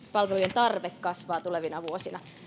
tarve kasvaa tulevina vuosina